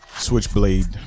switchblade